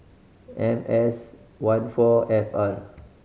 M S one four F R